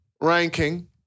ranking